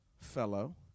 fellow